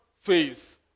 phase